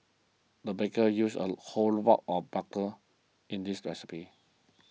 the baker used a whole block of bucker in this recipe